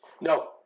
No